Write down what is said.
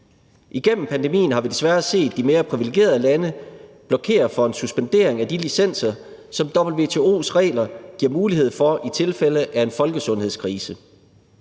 Igennem pandemien har vi desværre set de mere privilegerede lande blokere for en suspendering af de licenser, som WTO's regler giver mulighed for i tilfælde af en folkesundhedskrise.